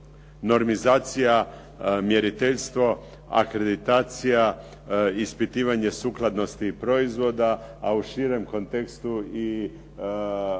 normizacija, mjeriteljstvo, akreditacija, ispitivanje sukladnosti proizvoda, a u širem kontekstu i